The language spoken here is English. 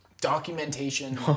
documentation